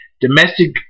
domestic